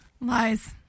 Lies